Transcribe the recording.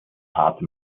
harte